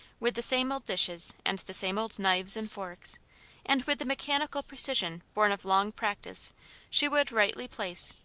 with the same old dishes and the same old knives and forks and with the mechanical precision born of long practice she would rightly place,